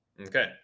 Okay